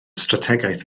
strategaeth